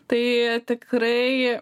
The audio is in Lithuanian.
tai tikrai